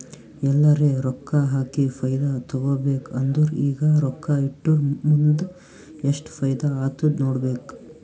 ಎಲ್ಲರೆ ರೊಕ್ಕಾ ಹಾಕಿ ಫೈದಾ ತೆಕ್ಕೋಬೇಕ್ ಅಂದುರ್ ಈಗ ರೊಕ್ಕಾ ಇಟ್ಟುರ್ ಮುಂದ್ ಎಸ್ಟ್ ಫೈದಾ ಆತ್ತುದ್ ನೋಡ್ಬೇಕ್